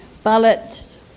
Ballot